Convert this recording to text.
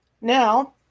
Now